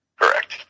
Correct